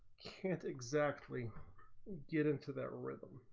can't exactly get into their